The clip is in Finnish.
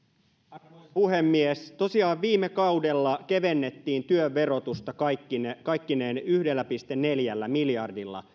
arvoisa puhemies tosiaan viime kaudella kevennettiin työn verotusta kaikkineen yhdellä pilkku neljällä miljardilla